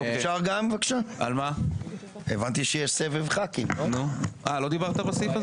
בבקשה, חבר הכנסת כסיף.